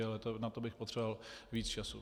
Ale na to bych potřeboval víc času.